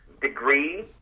degree